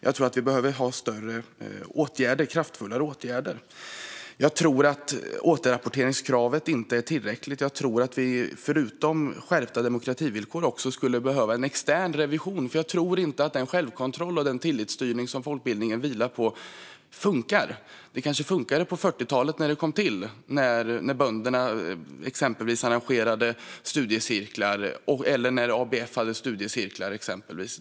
Jag tror att vi måste ha kraftfullare åtgärder. Jag tror inte att återrapporteringskravet är tillräckligt. Förutom skärpta demokrativillkor skulle vi också behöva en extern revision, för jag tror inte att den självkontroll och den tillitsstyrning som folkbildningen vilar på funkar. Det kanske funkade på 40-talet när den kom till, när exempelvis bönderna eller ABF arrangerade studiecirklar.